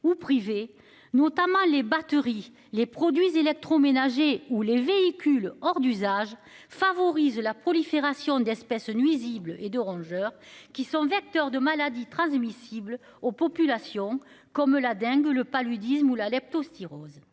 ou privé, notamment les batteries les produits électroménagers ou les véhicules hors d'usage favorise la prolifération d'espèces nuisibles et de rongeurs qui sont vecteurs de maladies transmissibles, aux populations comme la dengue, le paludisme ou la leptospirose